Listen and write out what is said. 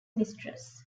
mistress